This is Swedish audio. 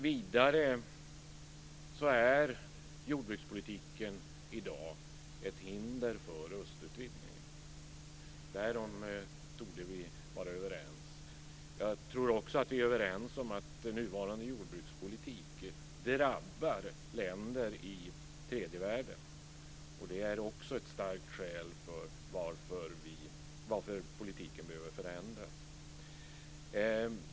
Vidare är jordbrukspolitiken i dag ett hinder för östutvidgningen. Därom torde vi vara överens. Jag tror också att vi är överens om att nuvarande jordbrukspolitik drabbar länder i tredje världen. Det är också ett starkt skäl för att förändra politiken.